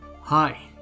Hi